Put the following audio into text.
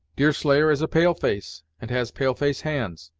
deerslayer is a pale-face, and has pale-face hands.